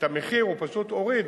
את המחיר הוא פשוט הוריד,